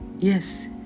Yes